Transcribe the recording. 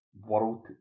world